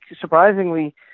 surprisingly